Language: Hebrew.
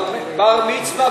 בר-מצווה,